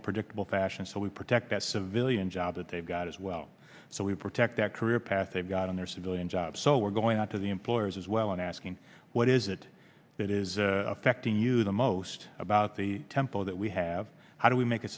and predictable fashion so we protect that civilian job that they've got as well so we protect that career path they've got in their civilian jobs so we're going out to the employers as well and asking what is it that is affecting you the most about the temple that we have how do we make